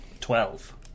twelve